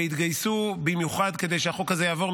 והתגייסו במיוחד כדי שהחוק הזה יעבור,